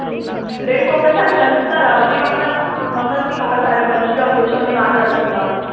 రేపు ఒకసారి కలుస్తారా మరి మమ్మ మమ్మల్ని ఒకసారి మంచిగా కూర్చొని మాట్లాడుకుందాం